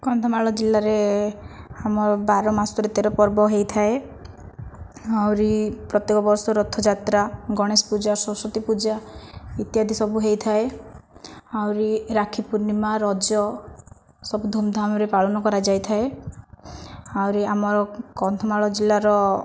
କନ୍ଧମାଳ ଜିଲ୍ଲାରେ ଆମର ବାର ମାସରେ ତେର ପର୍ବ ହୋଇଥାଏ ଆହୁରି ପ୍ରତ୍ୟକ ବର୍ଷ ରଥଯାତ୍ରା ଗଣେଶ ପୂଜା ସରସ୍ଵତୀ ପୂଜା ଇତ୍ୟାଦି ସବୁ ହୋଇଥାଏ ଆହୁରି ରାକ୍ଷୀ ପୁର୍ଣିମା ରଜ ସବୁ ଧୂମ୍ଧାମ୍ରେ ପାଳନ କରାଯାଇଥାଏ ଆହୁରି ଆମର କନ୍ଧମାଳ ଜିଲ୍ଲାର